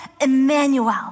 Emmanuel